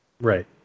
Right